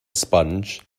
sponge